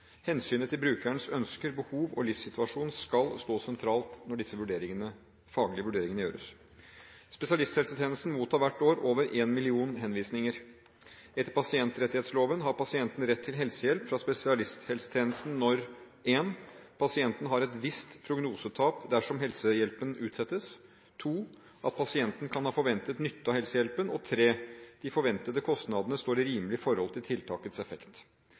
Hensynet til brukerens ønsker, behov og livssituasjon skal stå sentralt når disse faglige vurderingene gjøres. Spesialisthelsetjenesten mottar hvert år over én million henvisninger. Etter pasientrettighetsloven har pasienten rett til helsehjelp fra spesialisthelsetjenesten når 1) pasienten har et visst prognosetap dersom helsehjelpen utsettes, 2) pasienten kan ha forventet nytte av helsehjelpen, og 3) de forventede kostnadene står i rimelig forhold til tiltakets effekt.